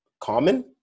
Common